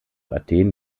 athen